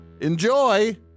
Enjoy